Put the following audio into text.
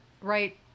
right